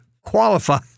qualify